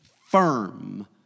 firm